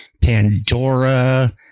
Pandora